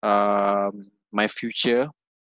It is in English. um my future